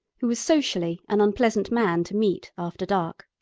who was socially an unpleasant man to meet after dark.